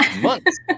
months